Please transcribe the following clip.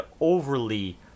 overly